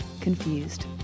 Confused